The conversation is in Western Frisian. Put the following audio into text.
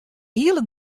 hiele